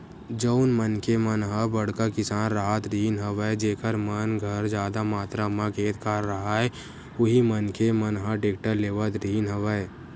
जउन मनखे मन ह बड़का किसान राहत रिहिन हवय जेखर मन घर जादा मातरा म खेत खार राहय उही मनखे मन ह टेक्टर लेवत रिहिन हवय